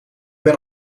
ben